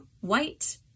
white